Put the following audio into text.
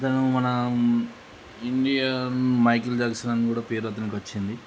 అతను మన Indian Michael Jackson అని కూడా పేరు అతనికి వచ్చింది